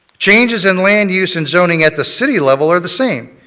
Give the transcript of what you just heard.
changes in land use and zoning at the city level are the same.